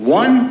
one